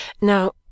Now